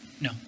No